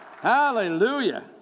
Hallelujah